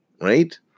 right